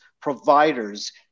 providers